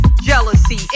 Jealousy